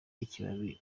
ikibabi